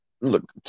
look